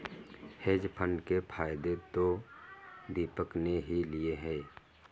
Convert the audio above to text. hedge fund के फायदे तो दीपक ने ही लिए है